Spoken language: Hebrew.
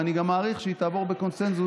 ואני גם מעריך שהיא תעבור בקונסנזוס